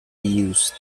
used